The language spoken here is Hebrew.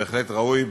בהחלט ראוי,